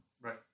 Right